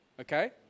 Okay